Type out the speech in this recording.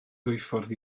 dwyffordd